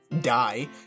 die